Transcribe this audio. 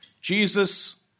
Jesus